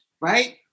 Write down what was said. right